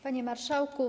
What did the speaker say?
Panie Marszałku!